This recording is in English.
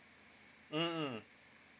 mm mm